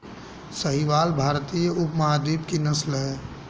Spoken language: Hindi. साहीवाल भारतीय उपमहाद्वीप की नस्ल है